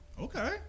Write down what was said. Okay